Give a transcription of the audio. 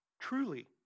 truly